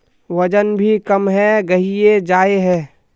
वजन भी कम है गहिये जाय है?